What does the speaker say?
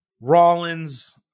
Rollins